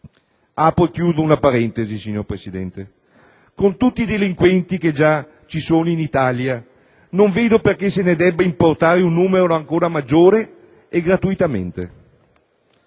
Apro e chiudo una parentesi, signor Presidente: con tutti i delinquenti che già vi sono in Italia, non vedo perché se ne debba importare un numero ancora maggiore e gratuitamente.